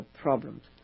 problems